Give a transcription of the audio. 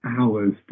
hours